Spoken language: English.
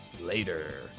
later